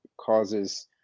causes